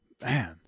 Man